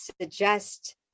suggest